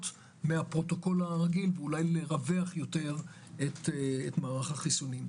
מהפרוטוקול הרגיל ואולי לרווח יותר את מערך החיסונים.